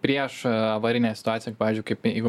prieš avarinę situaciją pavyzdžiui kaip jeigu